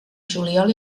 juliol